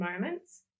moments